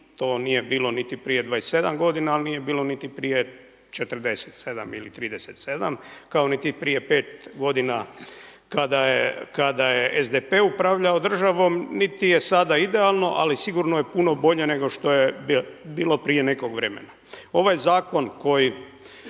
To nije bilo niti prije 27 godina, ali nije bilo niti prije 47 ili 37 kao niti prije 5 godina kada je SDP upravljao državnom niti je sada idealno, ali sigurno je puno bolje nego što je bilo prije nekog vremena. Ovaj zakon koji